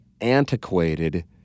antiquated